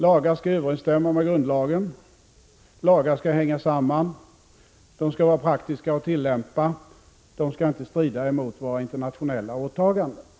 Lagar skall överensstämma med grundlagen och de skall hänga samman. Lagar skall vara praktiska att tillämpa och de skall inte strida emot våra internationella åtaganden.